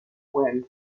wind